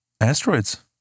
Asteroids